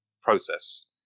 process